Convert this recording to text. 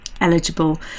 eligible